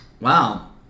Wow